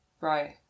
Right